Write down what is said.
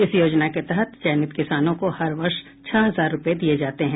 इस योजना के तहत चयनित किसानों को हर वर्ष छह हजार रूपये दिये जाते हैं